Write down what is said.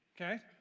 okay